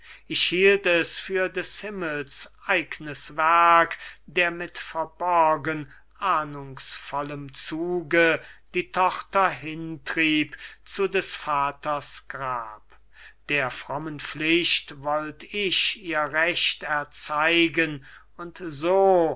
ich hielt es für des himmels eignes werk der mit verborgen ahnungsvollem zuge die tochter hintrieb zu des vaters grab der frommen pflicht wollt ich ihr recht erzeigen und so